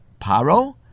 Paro